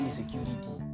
security